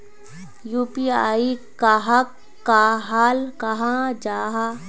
UPI कहाक कहाल जाहा जाहा?